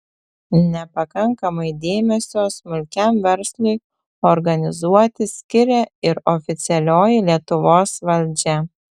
nepakankamai dėmesio smulkiam verslui organizuoti skiria ir oficialioji lietuvos valdžia